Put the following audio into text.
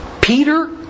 Peter